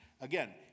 Again